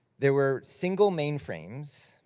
there were single mainframes,